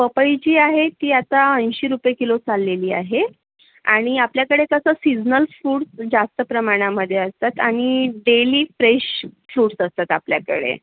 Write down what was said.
पपई जी आहे ती आता ऐंशी रुपये किलो चाललेली आहे आणि आपल्याकडे तसं सीझनल फूड्स जास्त प्रमाणामध्ये असतात आणि डेली फ्रेश फ्रुट्स असतात आपल्याकडे